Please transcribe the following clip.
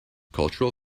cultural